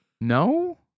No